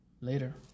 Later